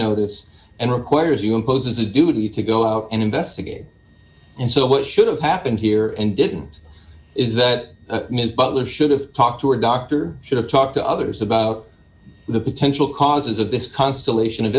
notice and requires you imposes a duty to go out and investigate and so what should have happened here and didn't is that ms butler should have talked to her doctor should have talked to others about the potential causes of this constellation of